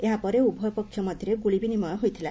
ଏହାପରେ ଉଭୟପକ୍ଷ ମଧ୍ୟରେ ଗୁଳି ବିନିମୟ ହୋଇଥିଲା